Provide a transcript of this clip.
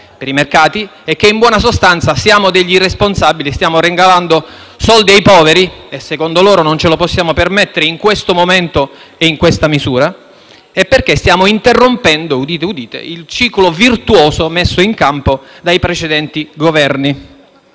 per i mercati; che in buona sostanza siamo degli irresponsabili e stiamo regalando soldi ai poveri, e secondo loro non ce lo possiamo permettere in questo momento e in questa misura; che stiamo interrompendo - udite, udite - il ciclo virtuoso messo in campo dai precedenti Governi.